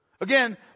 Again